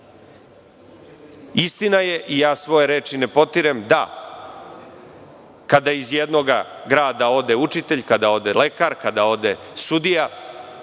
je, i ja svoje reči ne potirem, da, kada iz jednoga grada ode učitelj, kada ode lekar, kada ode sudija,